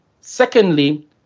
Secondly